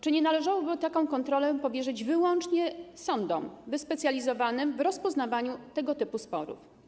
Czy nie należałoby takiej kontroli powierzyć wyłącznie sądom wyspecjalizowanym w rozpoznawaniu tego typu sporów?